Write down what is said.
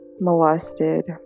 molested